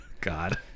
God